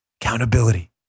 accountability